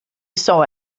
saw